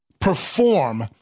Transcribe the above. perform